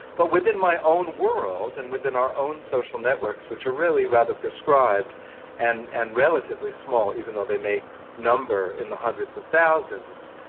but within my own world and within our own social networks, which are really rather prescribed and and relatively small even though they may number in the hundreds of thousands,